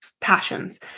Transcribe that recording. passions